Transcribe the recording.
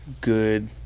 good